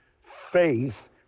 faith